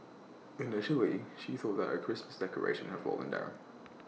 initially she thought that A Christmas decoration had fallen down